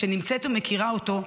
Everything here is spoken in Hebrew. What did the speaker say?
שנמצאת ומכירה אותו,